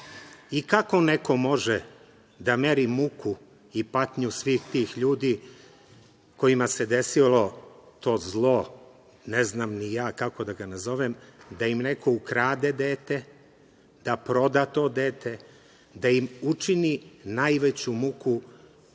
Kako neko može da meri muku i patnju svih tih ljudi kojima se desilo to zlo, ne znam ni ja kako da ga nazovem, da im neko ukrade dete, da proda to dete, da im učini najveću muku od